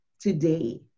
today